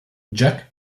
jack